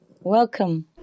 Welcome